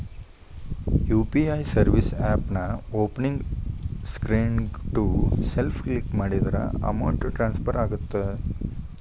UPI service ಆಪ್ನ್ಯಾಓಪನಿಂಗ್ ಸ್ಕ್ರೇನ್ನ್ಯಾಗ to self click ಮಾಡಿದ್ರ ಅಮೌಂಟ್ ಟ್ರಾನ್ಸ್ಫರ್ ಆಗತ್ತ